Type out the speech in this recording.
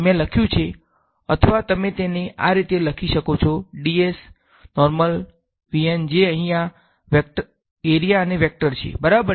તેથી આ અહીં કે મેં લખ્યું છે અથવા તમે તેને આ રીતે લખી શકો છો જે અહીં એરીયા અને વેક્ટર છે બરાબર